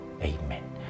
amen